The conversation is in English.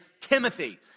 Timothy